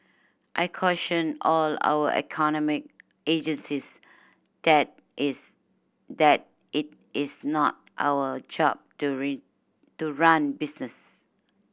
I caution all our economic agencies that its that it is not our job to rain to run business